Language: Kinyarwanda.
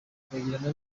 kwegerana